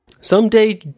Someday